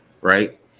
right